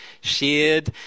shared